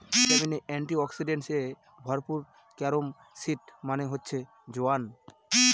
vitamin, antioxidants এ ভরপুর carom seed মানে হচ্ছে জোয়ান